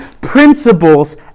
principles